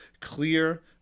clear